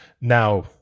Now